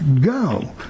go